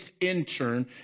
intern